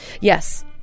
yes